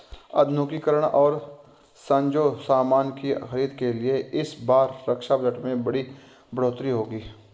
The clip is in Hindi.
आधुनिकीकरण और साजोसामान की खरीद के लिए इस बार रक्षा बजट में बड़ी बढ़ोतरी होगी